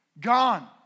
Gone